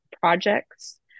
projects